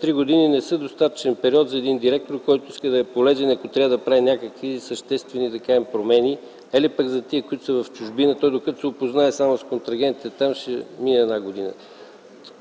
три години не са достатъчен период за един директор, който иска да е полезен и ако трябва да прави някакви съществени промени, еле пък за тези, които са в чужбина. Той докато се опознае само с контрагентите там, ще мине една година.